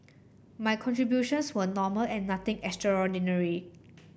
my contributions were normal and nothing extraordinary